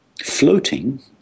floating